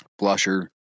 Blusher